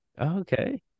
Okay